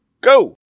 go